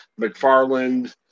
McFarland